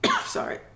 Sorry